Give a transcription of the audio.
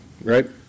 right